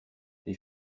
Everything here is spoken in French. les